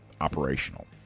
operational